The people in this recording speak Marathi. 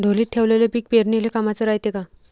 ढोलीत ठेवलेलं पीक पेरनीले कामाचं रायते का?